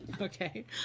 Okay